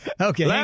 Okay